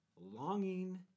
longing